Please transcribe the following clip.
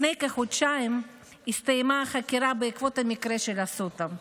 לפני כחודשיים הסתיימה החקירה בעקבות המקרה של אסותא.